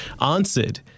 answered